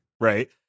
right